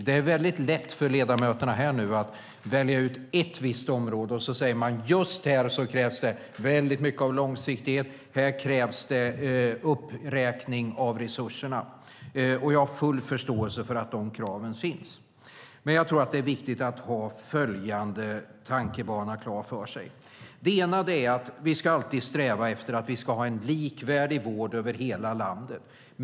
Det är väldigt lätt för ledamöterna att välja ut ett visst område och säga att det just där krävs väldigt mycket långsiktighet och uppräkning av resurserna. Jag har full förståelse för att dessa krav finns, men jag tror att det är viktigt att ha några tankebanor klara för sig. Den ena är att vi alltid ska sträva efter att ha en likvärdig vård över hela landet.